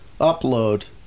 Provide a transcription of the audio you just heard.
upload